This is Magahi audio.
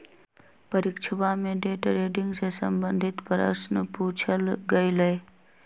परीक्षवा में डे ट्रेडिंग से संबंधित प्रश्न पूछल गय लय